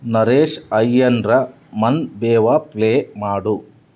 ನರೇಶ್ ಅಯ್ಯನ್ರ ಮನ್ ಬೇವಾ ಪ್ಲೇ ಮಾಡು